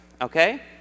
okay